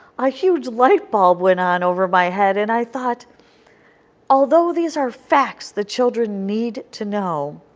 a huge light bulb went on over my head, and i thought although these are facts the children need to know,